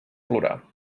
plorar